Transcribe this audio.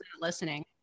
listening